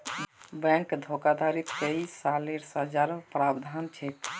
bank धोखाधडीत कई सालेर सज़ारो प्रावधान छेक